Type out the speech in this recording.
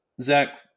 zach